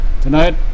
Tonight